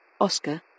Oscar